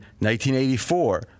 1984